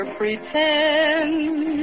pretend